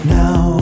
now